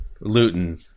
Luton